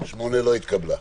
הצבעה